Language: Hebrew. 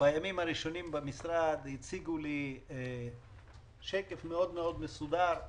בימים הראשונים במשרד הציגו לי שקף מאוד מסודר,